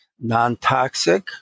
non-toxic